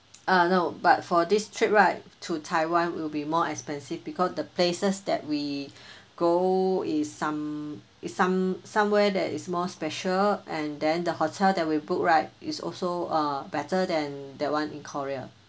uh no but for this trip right to taiwan will be more expensive because the places that we go is some it's some somewhere that is more special and then the hotel that we book right is also uh better than that [one] in korea